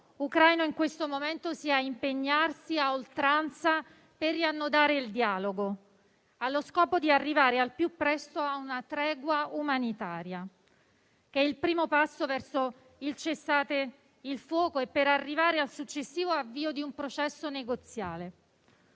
ucraino in questo momento sia impegnarsi a oltranza per riannodare il dialogo allo scopo di arrivare al più presto a una tregua umanitaria, che è il primo passo verso il cessate il fuoco e il successivo avvio di un processo negoziale: